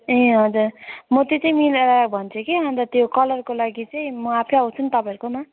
ए हजुर म त्यो चाहिँ मिलाएर भन्छु कि अन्त त्यो कलरको लागि चाहिँ म आफै आउँछु नि तपाईँहरूकोमा